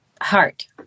heart